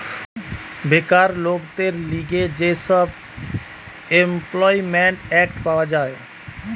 বেকার লোকদের লিগে যে সব ইমল্পিমেন্ট এক্ট পাওয়া যায়